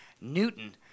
Newton